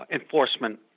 enforcement